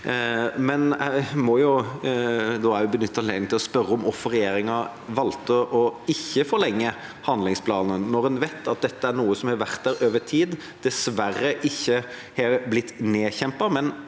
til å spørre om hvorfor regjeringa valgte ikke å forlenge handlingsplanen, når en vet at dette er noe som har vært der over tid, og som dessverre ikke har blitt nedkjempet.